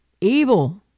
evil